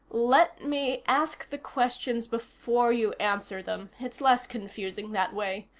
let me ask the questions before you answer them. it's less confusing that way.